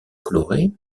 coloré